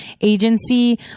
agency